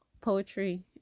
poetry